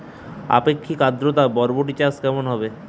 আপেক্ষিক আদ্রতা বরবটি চাষ কেমন হবে?